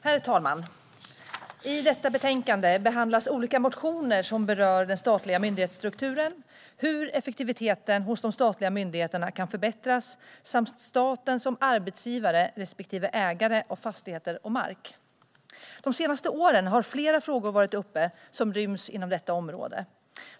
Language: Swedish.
Herr talman! I detta betänkande behandlas olika motioner som berör den statliga myndighetsstrukturen, hur effektiviteten hos de statliga myndigheterna kan förbättras samt staten som arbetsgivare respektive ägare av fastigheter och mark. De senaste åren har flera frågor varit uppe som ryms inom detta område.